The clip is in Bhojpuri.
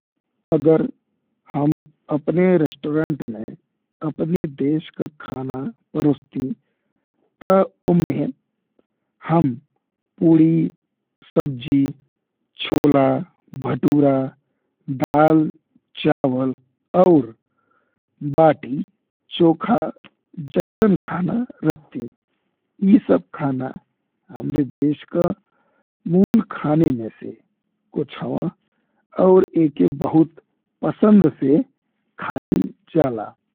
अगर हम अपने रेस्टोरेंट में अपने देश का खाना परोसती ते वो में हम पुड़ी सब्जी, छोला भटूरा, दाल चावल और बाटी चोखा जइसन खाना रखती। ई सब खाना हमरे देश का मूल खाने में से कुछ हवा और एके बहुत पसंद से खाइल जाला।